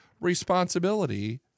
responsibility